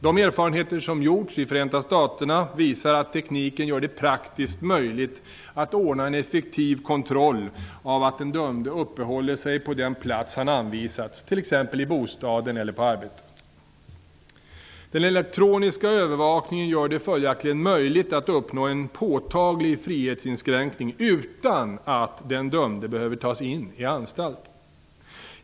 De erfarenheter som gjorts i Förenta staterna visar att tekniken gör det praktiskt möjligt att ordna en effektiv kontroll av att den dömde uppehåller sig på den plats han anvisats, t.ex. i bostaden eller på arbetet. Den elektroniska övervakningen gör det följaktligen möjligt att uppnå en påtaglig frihetsinskränkning utan att den dömde behöver tas in i anstalt.